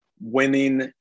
winning